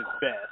best